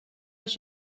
els